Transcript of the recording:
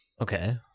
Okay